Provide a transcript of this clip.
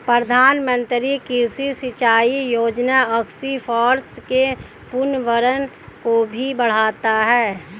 प्रधानमंत्री कृषि सिंचाई योजना एक्वीफर्स के पुनर्भरण को भी बढ़ाता है